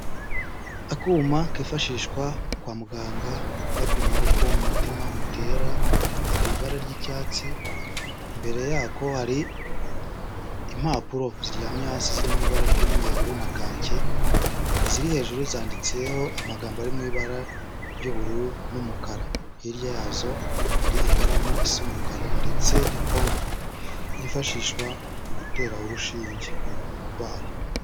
Akuma kifashishwa kwa muganga bapima uko umutima utera gafite ibara ry'icyatsi, imbere yako hari impapuro ziryamye hasi ziririmo ibara ry'umweru na kake, iziri hejuru zanditseho amagambo ari mu ibara ry'ubururu n'umukara, hirya yazo hari ikaramu isa umukara ndetse n'ipompo yifashishwa mu gutera urushinge umurwayi.